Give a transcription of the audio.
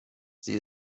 sie